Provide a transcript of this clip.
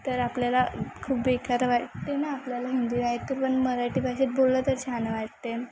तर आपल्याला खूप बेकार वाटते ना आपल्याला हिंदी नाही तर पण मराठी भाषेत बोललं तर छान वाटते